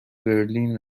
برلین